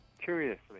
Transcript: curiously